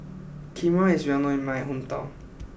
Kheema is well known in my hometown